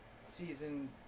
season